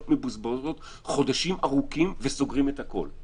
מבוזבזות חודשים ארוכים וסוגרים את הכול.